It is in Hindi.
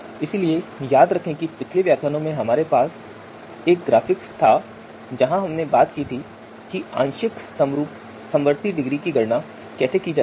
इसलिए याद रखें कि पिछले व्याख्यानों में हमारे पास ग्राफिक था जहां हमने बात की थी कि आंशिक समवर्ती डिग्री की गणना कैसे की जाती है